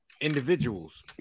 individuals